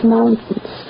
Mountains